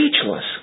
speechless